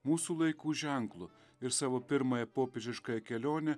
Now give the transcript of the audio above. mūsų laikų ženklu ir savo pirmąją popiežiškąją kelionę